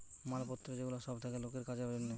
মাল পত্র যে গুলা সব থাকে লোকের কাজের জন্যে